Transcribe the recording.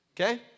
Okay